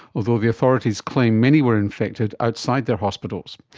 although the authorities claim many were infected outside their hospitals.